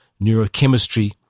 neurochemistry